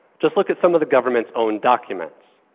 just look at some of the government's own documents.